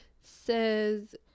says